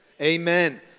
Amen